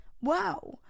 wow